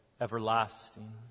everlasting